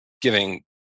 giving